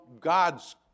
God's